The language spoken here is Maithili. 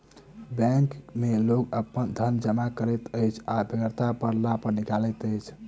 बैंक मे लोक अपन धन जमा करैत अछि आ बेगरता पड़ला पर निकालैत अछि